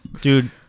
Dude